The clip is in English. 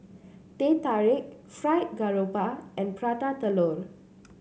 Teh Tarik Fried Garoupa and Prata Telur